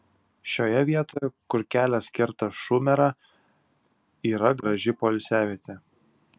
šioje vietoje kur kelias kerta šumerą yra graži poilsiavietė